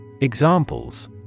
Examples